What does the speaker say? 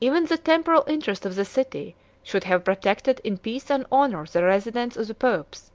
even the temporal interest of the city should have protected in peace and honor the residence of the popes